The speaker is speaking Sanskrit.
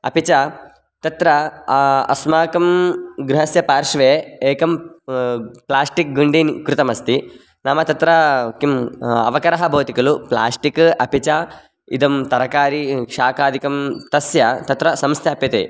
अपि च तत्र अस्माकं गृहस्य पार्श्वे एकं प्लास्टिक् गुण्डीन् कृतमस्ति नाम तत्र किम् अवकरः भवति खलु प्लास्टिक् अपि च इदं तरकारी शाकादिकं तस्य तत्र संस्थाप्यते